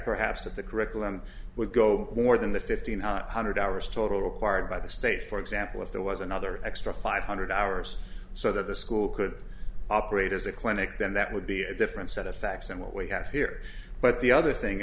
perhaps of the curriculum would go more than the fifteen hundred hours total required by the state for example if there was another extra five hundred hours so that the school could operate as a clinic then that would be a different set of facts and what we have here but the other thing